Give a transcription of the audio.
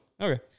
Okay